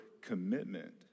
commitment